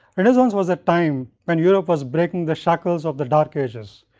renaissance was a time when europe was breaking the shackles of the dark ages,